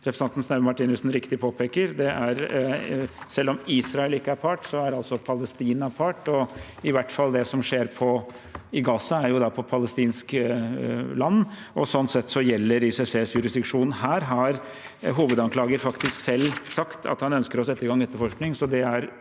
representanten Sneve Martinussen riktig påpeker. Selv om Israel ikke er part, er altså Palestina part, og i hvert fall det som skjer i Gaza, er da på palestinsk land, og sånn sett gjelder ICCs jurisdiksjon. Her har hovedanklager faktisk selv sagt at han ønsker å sette i gang etterforskning, så det er